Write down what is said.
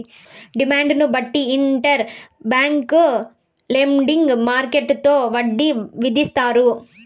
డిమాండ్ను బట్టి inter bank lending మార్కెట్టులో వడ్డీ విధిస్తారు